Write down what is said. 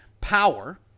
power